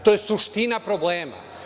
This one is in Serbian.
To je suština problema.